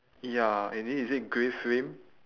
ya and then is it grey frame